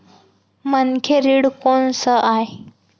मनखे ऋण कोन स आय?